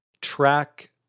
track